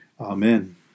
Amen